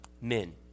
men